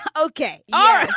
ok. oh,